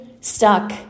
stuck